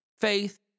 faith